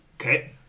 Okay